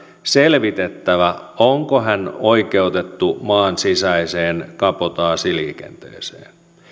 selvitettävä onko tämä oikeutettu maan sisäiseen kabotaasiliikenteeseen